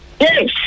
Yes